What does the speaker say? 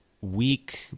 weak